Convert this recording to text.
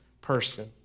person